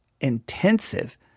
intensive